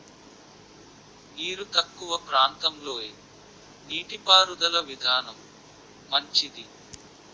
నీరు తక్కువ ప్రాంతంలో ఏ నీటిపారుదల విధానం మంచిది?